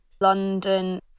London